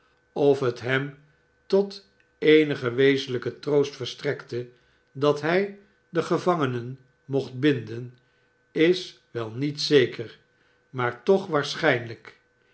of het hem tot eenigen wezenlijken troost verstrekte dat hijde gevangenen mocht binden is wel niet zeker maar toch waarschijnlijk